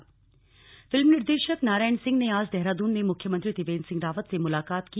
मुलाकात फिल्म निर्देशक नारायण सिंह ने आज देहरादून में मुख्यमंत्री त्रिवेन्द्र सिंह रावत से मुलाकात की